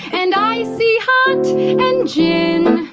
and i see hot and gin.